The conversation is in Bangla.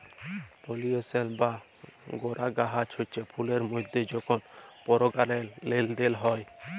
পালিলেশল বা পরাগায়ল হচ্যে ফুলের মধ্যে যখল পরাগলার লেলদেল হয়